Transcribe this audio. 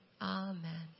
Amen